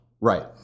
Right